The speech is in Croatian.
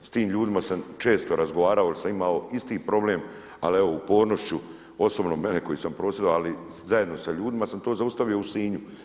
S tim ljudima sam često razgovarao jel sam imao isti problem, ali evo upornošću osobno mene koji sam prosvjedovao, ali zajedno sa ljudima sam to zaustavio u Sinju.